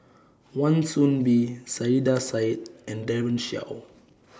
Wan Soon Bee Saiedah Said and Daren Shiau